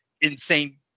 insane